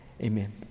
Amen